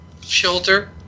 shoulder